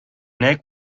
neck